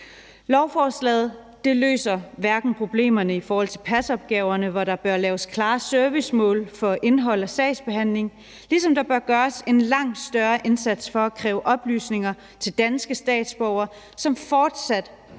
Lovforslaget løser ikke problemerne i forhold til pasopgaverne, hvor der bør laves klare servicemål for indholdet af sagsbehandlingen, ligesom der bør gøres en langt større indsats for at kræve oplysninger til danske statsborgere, som fortsat